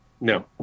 No